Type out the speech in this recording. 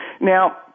Now